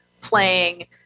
playing